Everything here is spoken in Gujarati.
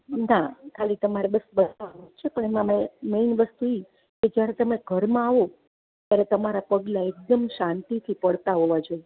ના ખાલી તમારે બસ બતાવવાનું જ છે પણ એમાં મેન વસ્તુ એ કે જ્યારે તમે ઘરમાં આવો ત્યારે તમારાં પગલાં એકદમ શાંતિથી પડતા હોવાં જોઈએ